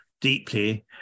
deeply